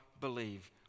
believe